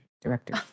director